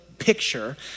picture